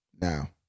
Now